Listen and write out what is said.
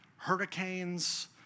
hurricanes